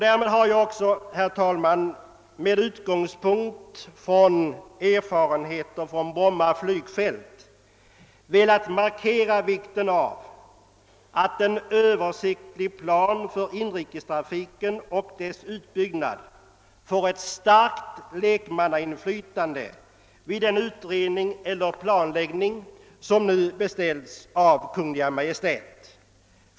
Därmed har jag också, herr talman, med utgångspunkt i erfarenheter från Bromma flygfält velat markera vikten av att en översiktlig plan för inrikestrafiken och dess utbyggnad får ett starkt lekmannainflytande vid den utredning eller planläggning som nu beställts av Kungl. Maj:t.